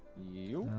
you